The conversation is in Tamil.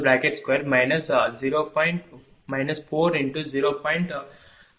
87002 2